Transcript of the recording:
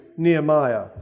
Nehemiah